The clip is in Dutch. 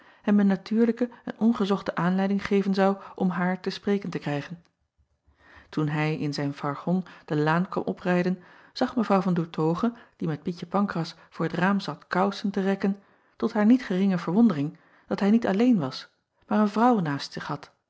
een natuurlijke en ongezochte aanleiding geven acob van ennep laasje evenster delen zou om haar te spreken te krijgen oen hij in zijn fargon de laan kwam oprijden zag evr an oertoghe die met ietje ancras voor t raam zat kousen te rekken tot haar niet geringe verwondering dat hij niet alleen was maar een vrouw naast zich had